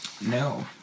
No